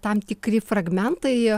ir tam tikri fragmentai